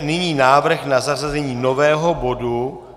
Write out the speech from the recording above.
Nyní návrh na zařazení nového bodu.